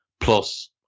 plus